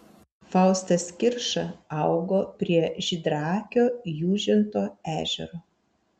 faustas kirša augo prie žydraakio jūžinto ežero